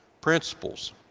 principles